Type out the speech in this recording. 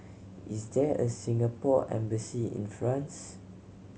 is there a Singapore Embassy in France